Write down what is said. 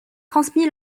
transmit